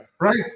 Right